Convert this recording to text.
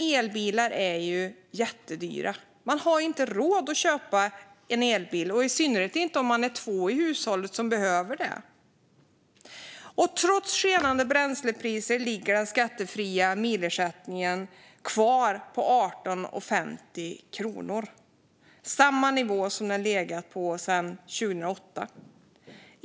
Elbilar är ju jättedyra; man har inte råd att köpa en elbil, i synnerhet inte om man är två i hushållet som behöver bil. Trots skenande bränslepriser ligger den skattefria milersättningen kvar på 18,50 kronor. Den har legat på samma nivå sedan 2008.